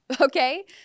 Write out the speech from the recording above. Okay